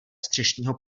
střešního